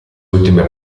ultime